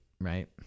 right